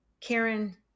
Karen